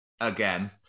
Again